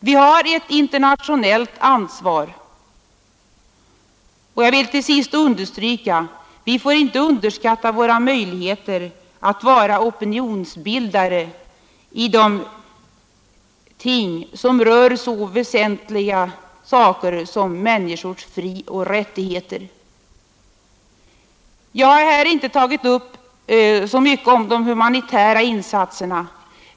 Vi har ett internationellt ansvar, och jag vill till sist understryka, att vi får inte underskatta våra möjligheter att vara opinionsbildare i de frågor som rör så väsentliga saker som människors frioch rättigheter. Jag har här inte sagt så mycket om de humanitära insatserna.